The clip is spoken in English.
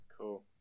Cool